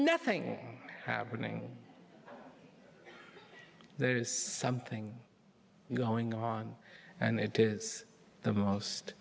nothing happening there is something going on and it is the most